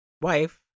wife